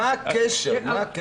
מה הקשר?